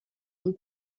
vous